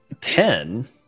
pen